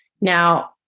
Now